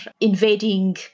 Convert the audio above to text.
invading